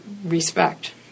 respect